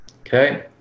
okay